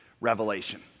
revelation